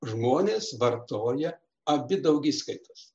žmonės vartoja abi daugiskaitos